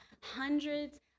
hundreds